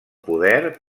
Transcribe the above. poder